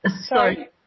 Sorry